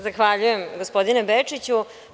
Zahvaljuje, gospodine Bečiću.